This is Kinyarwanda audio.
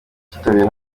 cyitabiriwe